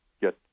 get